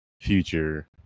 future